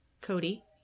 cody